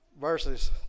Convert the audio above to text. verses